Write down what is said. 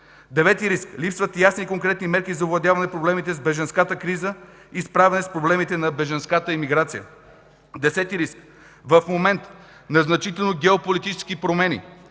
Девети риск: Липсват ясни и конкретни мерки за овладяване проблемите с бежанската криза и справяне с проблемите на бежанската имиграция. Десети риск: В момент на значителни геополитически промени